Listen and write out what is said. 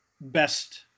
best